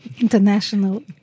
international